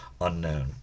unknown